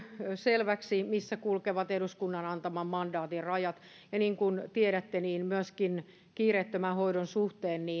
selväksi missä kulkevat eduskunnan antaman mandaatin rajat ja niin kuin tiedätte niin myöskin kiireettömän hoidon suhteen